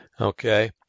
Okay